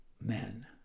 men